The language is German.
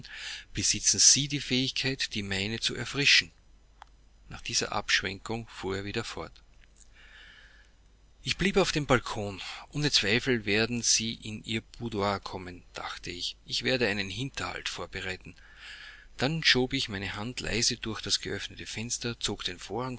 besitzen sie die fähigkeit die meine zu erfrischen nach dieser abschwenkung fuhr er wieder fort ich blieb auf dem balkon ohne zweifel werden sie in ihr boudoir kommen dachte ich ich werde einen hinterhalt vorbereiten dann schob ich meine hand leise durch das geöffnete fenster zog den